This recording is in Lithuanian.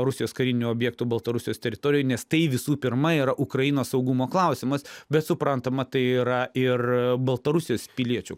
rusijos karinių objektų baltarusijos teritorijoj nes tai visų pirma yra ukrainos saugumo klausimas bet suprantama tai yra ir baltarusijos piliečių